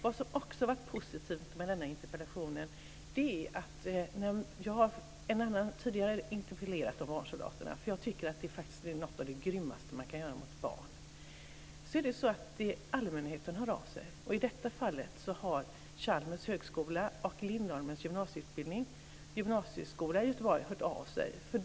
Jag har tidigare interpellerat om barnsoldaterna, eftersom jag tycker att detta är något av det grymmaste som man kan göra mot barn. Det som också har varit positivt med denna interpellation är att allmänheten har hört av sig. Och i detta fall har Chalmers högskola och Lindholmens gymnasieskola i Göteborg hört av sig.